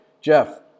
jeff